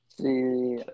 See